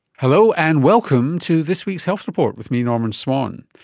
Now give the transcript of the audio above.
hello, and welcome to this week's health report with me, norman swan.